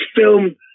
film